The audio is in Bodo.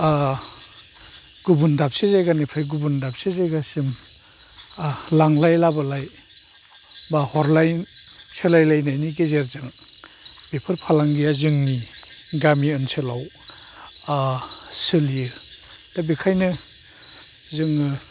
गुबुन दाबसे जायगानिफ्राइ गुबुन दाबसे जायगासिम लांलाय लाबोलाय एबा हरलाय सोलाय लायनायनि गेजेरजों बेफोर फालांगिया जोंनि गामिओनसोलाव सोलियो दा बेखायनो जोङो